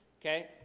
okay